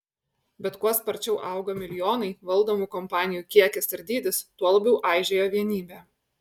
bet kuo sparčiau augo milijonai valdomų kompanijų kiekis ir dydis tuo labiau aižėjo vienybė